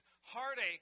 heartache